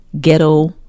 ghetto